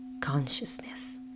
consciousness